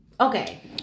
Okay